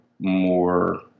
more